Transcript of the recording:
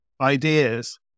ideas